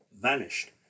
vanished